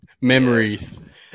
Memories